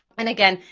and again,